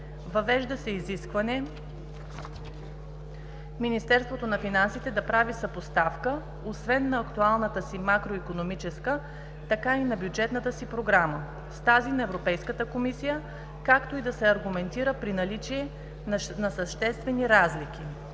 Въвежда се изискване Министерството на финансите да прави съпоставка, освен на актуалната си макроикономическа, така и на бюджетната си прогноза, с тази на Европейската комисия, както и да се аргументира при наличие на съществени разлики.